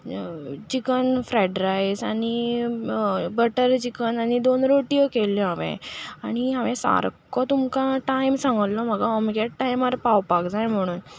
chicken fried rice आनी butter chicken आनी दोन रोट्यो केल्ल्यो हांवें आनी हांवें सारको तुमकां टायम सांगल्लो म्हाका अमकेच टायमार पावपाक जाय म्हणून